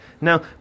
Now